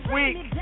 week